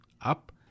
up